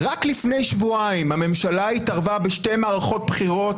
רק לפני שבועיים הממשלה התערבה בשתי מערכות בחירות,